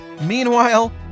Meanwhile